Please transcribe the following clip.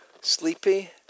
Sleepy